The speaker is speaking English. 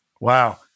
Wow